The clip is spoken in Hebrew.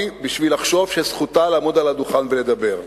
בשביל לחשוב שזכותה לעמוד על הדוכן ולדבר.